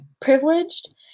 privileged